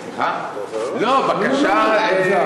אתה רוצה לעלות?